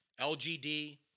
LGD